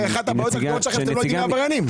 הרי אחת הבעיות שאתה לא יודע להגיע לעבריינים.